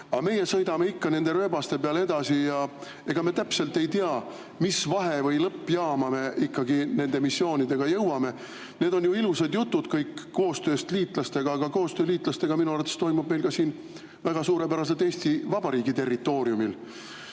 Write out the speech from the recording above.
aga meie sõidame ikka nende rööbaste peal edasi ja ega me täpselt ei tea, mis vahe- või lõppjaama me ikkagi nende missioonidega jõuame. Need on ju ilusad jutud koostööst liitlastega. Koostöö liitlastega minu arvates toimub meil ka siin väga suurepäraselt Eesti Vabariigi territooriumil